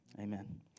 Amen